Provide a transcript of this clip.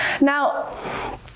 Now